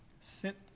sit